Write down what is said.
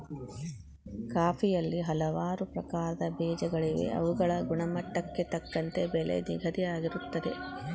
ಕಾಫಿಯಲ್ಲಿ ಹಲವಾರು ಪ್ರಕಾರದ ಬೇಜಗಳಿವೆ ಅವುಗಳ ಗುಣಮಟ್ಟಕ್ಕೆ ತಕ್ಕಂತೆ ಬೆಲೆ ನಿಗದಿಯಾಗಿರುತ್ತದೆ